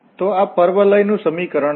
તો આ પરવલય નું સમીકરણ છે